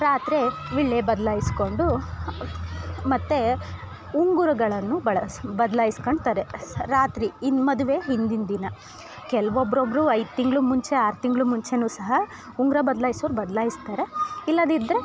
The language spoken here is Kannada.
ರಾತ್ರಿ ವಿಳ್ಯ ಬದಲಾಯಿಸ್ಕೊಂಡು ಮತ್ತು ಉಂಗುರಗಳನ್ನು ಬಳಸಿ ಬದಲಾಯಿಸ್ಕೋತಾರೆ ರಾತ್ರಿ ಇನ್ನು ಮದುವೆ ಹಿಂದಿನ ದಿನ ಕೆಲ್ವೊಬ್ಬೊಬ್ರು ಐದು ತಿಂಗ್ಳು ಮುಂಚೆ ಆರು ತಿಂಗ್ಳು ಮುಂಚೆ ಸಹ ಉಂಗುರ ಬದಲಾಯಿಸೋರು ಬದಲಾಯಿಸ್ತಾರೆ ಇಲ್ಲದಿದ್ರೆ